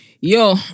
Yo